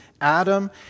Adam